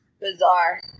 bizarre